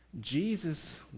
Jesus